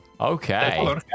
Okay